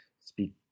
speak